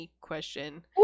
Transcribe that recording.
question